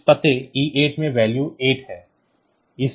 इस पते E8 में vlaue 8 है